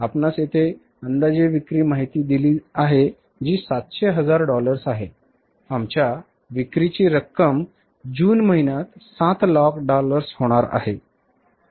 आपणास येथे अंदाजे विक्री माहिती दिली आहे जी 700 हजार डॉलर्स आहे आमच्या विक्रीची रक्कम जून महिन्यात 7 लाख डॉलर्स होणार आहे